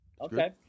Okay